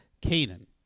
Canaan